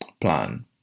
plan